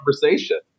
conversation